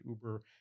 uber